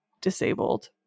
disabled